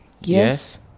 Yes